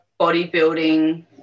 bodybuilding